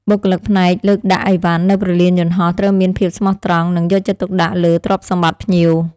បុគ្គលិកផ្នែកលើកដាក់ឥវ៉ាន់នៅព្រលានយន្តហោះត្រូវមានភាពស្មោះត្រង់ និងយកចិត្តទុកដាក់លើទ្រព្យសម្បត្តិភ្ញៀវ។